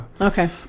okay